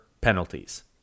penalties